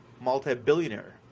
multi-billionaire